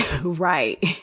Right